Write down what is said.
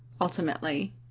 ultimately